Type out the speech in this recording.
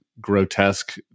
grotesque